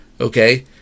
okay